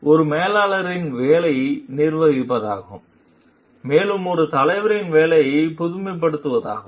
எனவே ஒரு மேலாளரின் வேலை நிர்வகிப்பதாகும் மேலும் ஒரு தலைவரின் வேலை புதுமைப்படுத்துவதாகும்